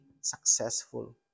successful